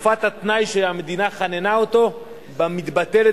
תקופת התנאי שהמדינה חננה אותו ממנה מתבטלת